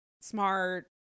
smart